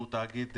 שהוא תאגיד,